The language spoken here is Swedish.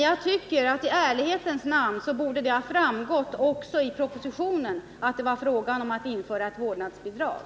Jag tycker dock att det i ärlighetens namn borde ha framgått också av propositionen att det är fråga om att införa ett vårdnadsbidrag.